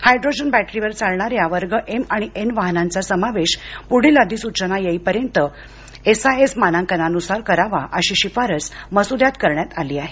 hydrogen बॅटरीवर चालणाऱ्या वर्ग एम आणि एन वाहनांचा समावेश पुढील अधिसूचना येईपर्यंत एआयएस मानांकनानुसार करावा अशी शिफारस मसुद्यात करण्यात आली आहे